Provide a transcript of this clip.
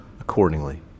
accordingly